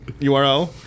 URL